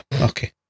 okay